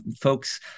folks